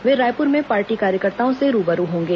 वे रायपुर में पार्टी कार्यकर्ताओं से रूबरू होंगे